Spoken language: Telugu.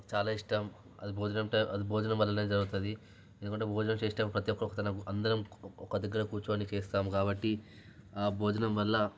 నాకు చాలా ఇష్టం అది భోజనం టైం అది భోజనం వల్లనే జరుగుతుంది ఎందుకంటే భోజనం చేసేటప్పుడు ప్రతిఒక్కరూ అందరం ఒకదగ్గర కూర్చోని చేస్తాము కాబట్టి ఆ భోజనం వల్ల